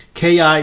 KI